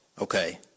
Okay